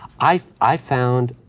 i i found